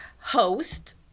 host